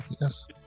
yes